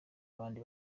abandi